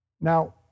Now